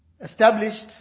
established